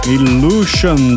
Illusion